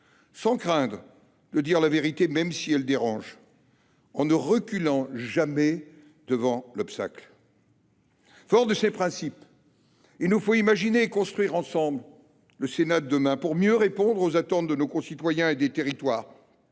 sans craindre de dire la vérité, même si elle dérange, et en ne reculant jamais devant l’obstacle. Forts de ces principes, nous devons imaginer et construire ensemble le Sénat de demain, pour mieux répondre aux attentes de nos concitoyens et des territoires,